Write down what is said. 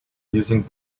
using